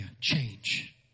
Change